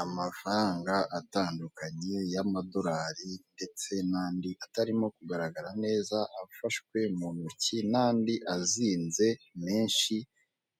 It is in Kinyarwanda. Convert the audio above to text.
Amafaranga atandukanye y'amadorari ndetse nandi atarimo kugaragara neza afashwe mu intoki, n'andi azinze menshi